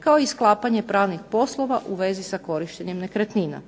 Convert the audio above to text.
kao i sklapanje pravnih poslova u vezi sa korištenjem nekretnina.